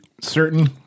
Certain